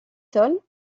sols